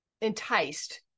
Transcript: enticed